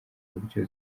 buryo